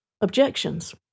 objections